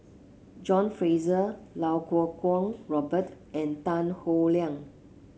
John Fraser Iau Kuo Kwong Robert and Tan Howe Liang